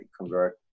convert